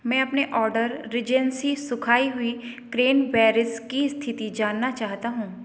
मैं अपने order Regency सुखाई हुई क्रेनबेरीज़ की स्थिति जानना चाहता हूँ